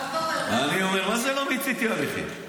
אני אומר לו: מה זה לא מיציתי הליכים?